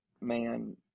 man